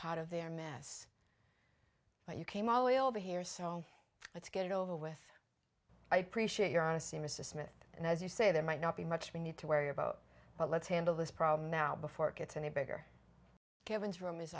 part of their mess but you came away over here so let's get it over with i appreciate your honesty mr smith and as you say there might not be much need to worry about but let's handle this problem now before it gets any bigger kevin's room is